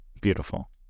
Beautiful